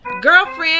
Girlfriend